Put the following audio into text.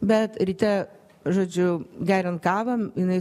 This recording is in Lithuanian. bet ryte žodžiu geriant kavą jinai